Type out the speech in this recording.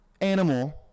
animal